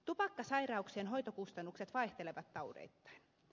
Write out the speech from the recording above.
tupakkasairauksien hoitokustannukset vaihtelevat taudeittain